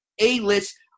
A-list